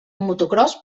motocròs